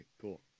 cool